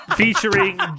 featuring